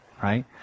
Right